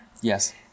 Yes